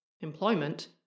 employment